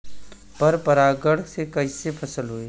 पर परागण से कईसे फसल होई?